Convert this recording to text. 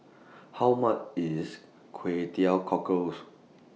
How much IS Kway Teow Cockles